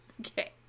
Okay